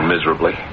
Miserably